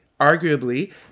Arguably